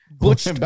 Butch